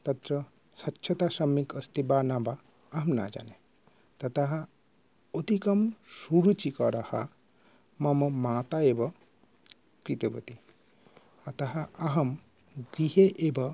तत्र स्वच्छता सम्यक् अस्ति वा न वा अहं न जाने ततः अधिकं सुरुचिकरः मम माता एव कृतवती अतः अहं गृहे एव